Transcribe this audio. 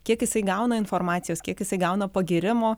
kiek jisai gauna informacijos kiek jisai gauna pagyrimo